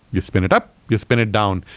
you spin it up. you spin it down.